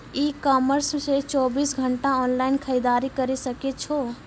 ई commerce से चौबीस घंटा ऑनलाइन खरीदारी करी सकै छो